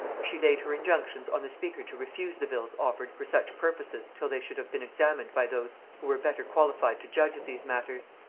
she laid her injunctions on the speaker to refuse the bills offered for such purposes till they should have been examined by those who were better qualified to judge of these matters.